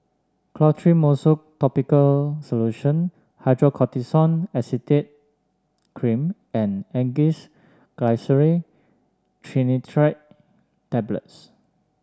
Clotrimozole Topical Solution Hydrocortisone Acetate Cream and Angised Glyceryl Trinitrate Tablets